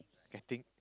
getting